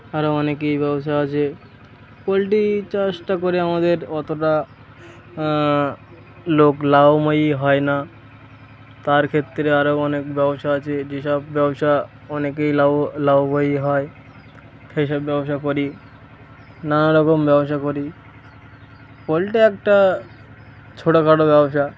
আরও অনেকই ব্যবসা আছে পোলট্রি চাষটা করে আমাদের অতটা লোক লাভময় হয় না তার ক্ষেত্রে আরও অনেক ব্যবসা আছে যেসব ব্যবসা অনেকই লাবো লাভময় হয় সেই সব ব্যবসা করি নানারকম ব্যবসা করি পোলট্রি একটা ছোটখাটো ব্যবসা